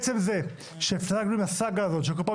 עצם זה שהפסקנו עם הסאגה הזאת שכל פעם